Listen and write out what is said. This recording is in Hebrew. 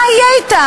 מה יהיה אתם?